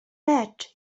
met